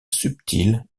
subtil